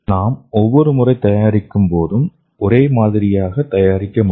நாம் ஒவ்வொரு முறை தயாரிக்கும் போதும் ஒரே மாதிரி தயாரிக்க முடியும்